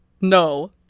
no